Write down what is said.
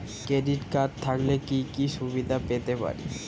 Credit card থাকলে কি কি সুবিধা পেতে পারি?